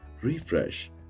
refresh